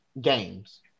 games